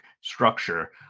structure